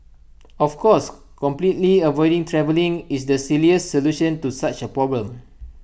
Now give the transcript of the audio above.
of course completely avoiding travelling is the silliest solution to such A problem